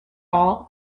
all